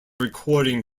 recording